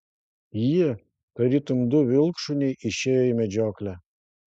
jie tarytum du vilkšuniai išėjo į medžioklę